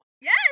Yes